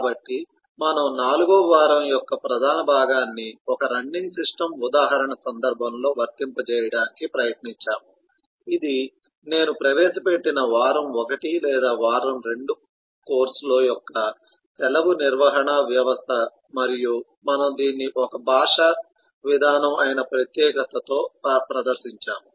కాబట్టి మనము 4 వ వారం యొక్క ప్రధాన భాగాన్ని ఓక రన్నింగ్ సిస్టమ్ ఉదాహరణ సందర్భంలో వర్తింపజేయడానికి ప్రయత్నించాము ఇది నేను ప్రవేశపెట్టిన వారం 1 లేదా వారం 2 లో కోర్సు యొక్క సెలవు నిర్వహణ వ్యవస్థ మరియు మనము దీన్ని ఒక భాషా విధానం అయిన ప్రత్యేకతతో ప్రదర్శించాము